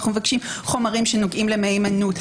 אלא חומרים שנוגעים למהימנות,